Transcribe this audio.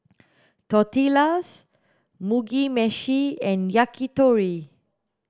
Tortillas Mugi meshi and Yakitori